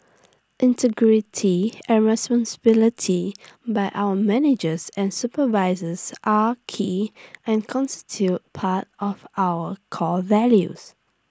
integrity and responsibility by our managers and supervisors are key and constitute part of our core values